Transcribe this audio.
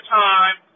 time